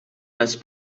les